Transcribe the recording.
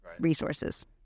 resources